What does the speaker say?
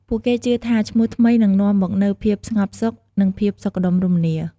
ពួកគេជឿថាឈ្មោះថ្មីនឹងនាំមកនូវភាពស្ងប់សុខ និងភាពសុខដុមរមនា។